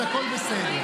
אז הכול בסדר.